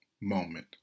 Moment